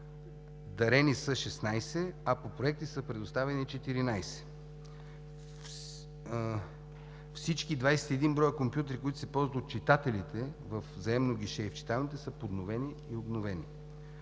дарени са 16, а по проекти са предоставени 14. Всичките 21 броя компютри, които се ползват от читателите в заемно гише и в читалните, са подновени и обновени.